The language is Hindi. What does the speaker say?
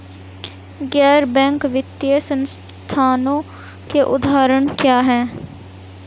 गैर बैंक वित्तीय संस्थानों के उदाहरण क्या हैं?